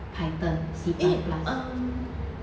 python C plus plus